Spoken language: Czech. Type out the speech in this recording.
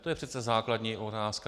To je přece základní otázka.